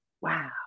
wow